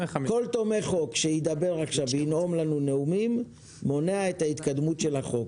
כל תומך חוק שידבר עכשיו וינאם לנו נאומים מונע את ההתקדמות של החוק.